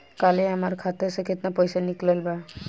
काल्हे हमार खाता से केतना पैसा निकलल बा?